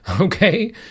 Okay